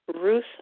Ruth